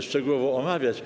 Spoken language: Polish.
szczegółowo tego omawiać.